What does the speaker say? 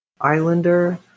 Islander